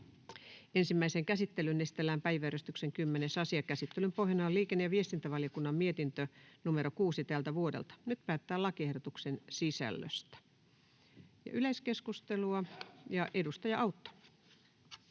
Ensimmäiseen käsittelyyn esitellään päiväjärjestyksen 10. asia. Käsittelyn pohjana on liikenne‑ ja viestintävaliokunnan mietintö LiVM 6/2024 vp. Nyt päätetään lakiehdotuksen sisällöstä. — Yleiskeskustelua, edustaja Autto.